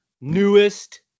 newest